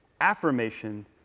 Affirmation